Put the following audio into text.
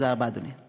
תודה רבה, אדוני.